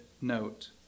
note